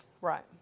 Right